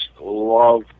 love